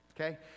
okay